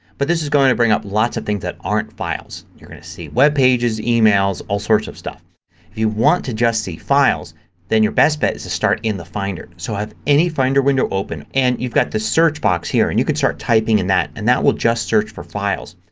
but this is going to bring up lots of things that aren't files. you're going to see webpages, emails, all sorts of stuff. if you want to just see files then your best bet is to start in the finder. so with any finder window open and you've got this search box here. and you can start typing in that and that will just search for files.